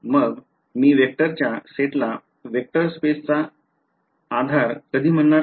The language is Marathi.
मग मी वेक्टरच्या सेटला वेक्टर स्पेसचा आधार कधी म्हणणार